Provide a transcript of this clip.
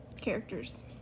characters